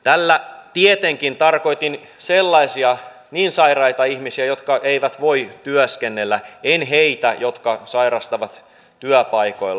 tällä tietenkin tarkoitin sellaisia niin sairaita ihmisiä jotka eivät voi työskennellä en heitä jotka sairastavat työpaikoilla